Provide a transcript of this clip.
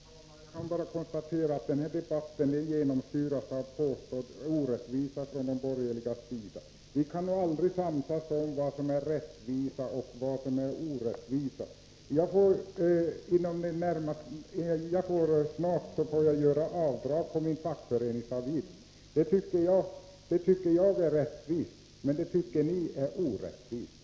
Herr talman! Jag kan bara konstatera att den här debatten genomsyras av påstådda orättvisor — som det framställs från de borgerligas sida. Vi kan nog aldrig samsas om vad som är rättvisa och vad som är orättvisa. Jag får snart göra avdrag för min fackföreningsavgift. Det tycker jag är rättvist, men det tycker ni är orättvist.